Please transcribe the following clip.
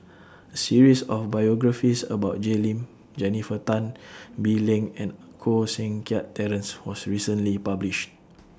A series of biographies about Jay Lim Jennifer Tan Bee Leng and Koh Seng Kiat Terence was recently published